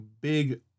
big